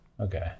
okay